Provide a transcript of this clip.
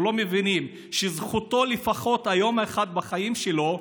או לא מבינים שזכותו לפחות יום אחד בחיים שלו,